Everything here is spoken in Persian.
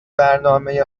برنامه